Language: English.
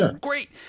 great